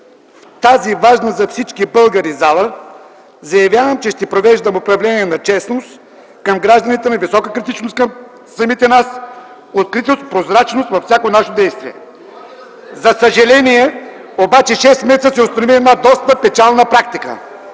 в тази важна за всички българи зала: „Заявявам, че ще провеждам управление на честност към гражданите, на висока критичност към самите нас, откритост, прозрачност във всяко наше действие”. За съжаление обаче от шест месеца се установи една доста печална практика.